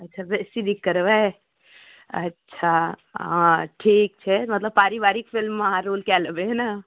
अच्छा बेसी नीक करबै अच्छा हँ ठीक छै मतलब पारिवारिक फिलिममे अहाँ रोल कऽ लेबै हँ ने